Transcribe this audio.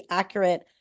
accurate